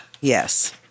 yes